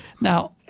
Now